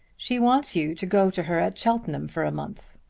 she wants you to go to her at cheltenham for a month.